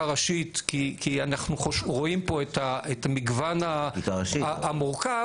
ראשית כי אנחנו רואים פה את המגוון המורכב,